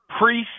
preseason